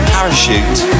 Parachute